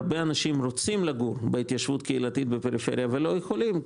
הרבה אנשים רוצים לגור בהתיישבות קהילתית בפריפריה ולא יכולים,